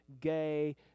gay